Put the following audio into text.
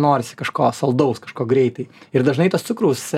norisi kažko saldaus kažko greitai ir dažnai tas cukraus